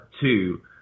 Two